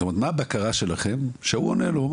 מה הבקרה שלכם שהוא עונה לו?